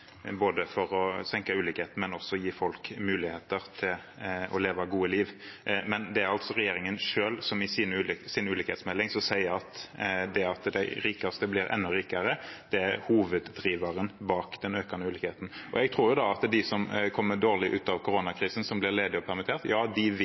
for å senke ulikheten, men også for å gi folk muligheter til å leve gode liv. Men det er altså regjeringen selv som i sin ulikhetsmelding sier at det at de rikeste blir enda rikere, er hoveddriveren bak den økende ulikheten. Jeg tror at de som kommer dårlig ut av